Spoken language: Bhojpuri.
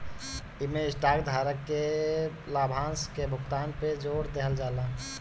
इमें स्टॉक धारक के लाभांश के भुगतान पे जोर देहल जाला